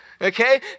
Okay